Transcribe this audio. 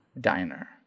diner